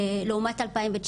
שלעומת 2019,